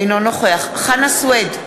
אינו נוכח חנא סוייד,